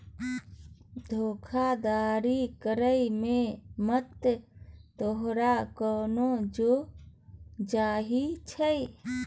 धोखाधड़ी करय मे त तोहर कोनो जोर नहि छौ